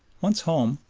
once home,